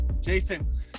Jason